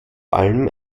allem